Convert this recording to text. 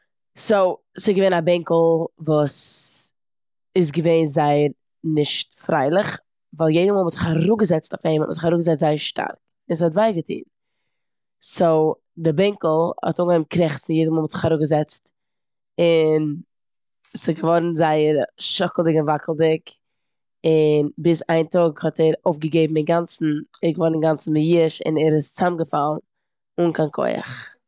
סאו ס'געווען א בענקל וואס איז געווען זייער נישט פרייליך ווייל יעדע מאל מ'האט זיך אראפגעזעצט אויף אים האט מען זיך אראפגעזעצט זייער שטארק און ס'האט זייער וויי געטון. סאו די בענקל האט אנגעהויבן קרעכצן יעדע מאל מ'האט זיך אראפגעזעצט און ס'געווארן זייער שאקעלדיג און וואקעלדיג און ביז איין טאג האט ער אויפגעגעבן אינגאנצן, ער איז געווארן אינגאנצן מייאש און ער איז צאמגעפאלן אן קיין כח.